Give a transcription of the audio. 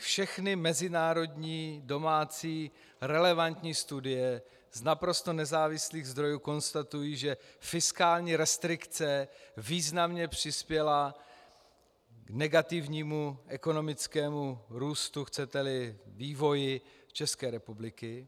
Všechny mezinárodní i domácí relevantní studie z naprosto nezávislých zdrojů konstatují, že fiskální restrikce významně přispěla k negativnímu ekonomickému růstu, chceteli vývoji, České republiky.